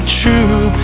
true